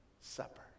supper